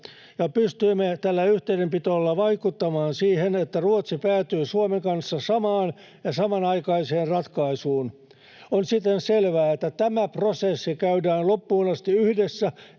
ja pystyimme tällä yhteydenpidolla vaikuttamaan siihen, että Ruotsi päätyi Suomen kanssa samaan ja samanaikaiseen ratkaisuun. On siten selvää, että tämä prosessi käydään loppuun asti yhdessä